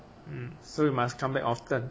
mm so you must come back often